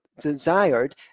desired